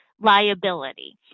liability